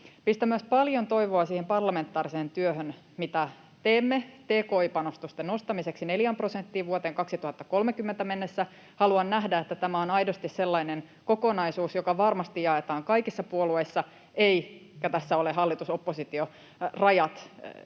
Pistän myös paljon toivoa siihen parlamentaariseen työhön, mitä teemme tki-panostusten nostamiseksi 4 prosenttiin vuoteen 2030 mennessä. Haluan nähdä, että tämä on aidosti sellainen kokonaisuus, joka varmasti jaetaan kaikissa puolueissa, eikä tässä ole hallitus—oppositio-rajoilla